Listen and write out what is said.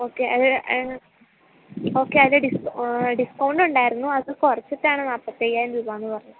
okay okay അത് ഡിസ് ഡിസ്കൗണ്ടോണ്ടായിരുന്നു അത് കുറച്ചിട്ടാണ് നാൽപ്പത്തയ്യായിരം രൂപ എന്ന് പറഞ്ഞത്